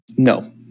No